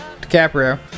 DiCaprio